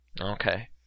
Okay